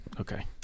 Okay